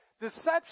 deception